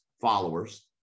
followers